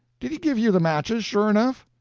did he give you the matches, sure enough?